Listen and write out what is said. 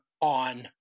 on